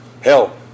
hell